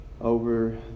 over